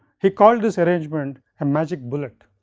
he called this arrangement a magic bullet.